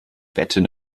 wetten